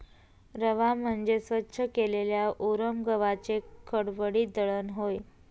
रवा म्हणजे स्वच्छ केलेल्या उरम गव्हाचे खडबडीत दळण होय